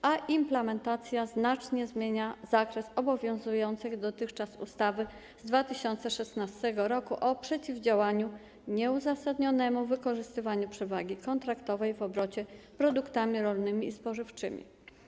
Natomiast implementacja znacznie zmienia zakres obowiązującej dotychczas ustawy z 2016 r. o przeciwdziałaniu nieuzasadnionemu wykorzystywaniu przewagi kontraktowej w obrocie produktami rolnymi i spożywczymi.